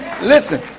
listen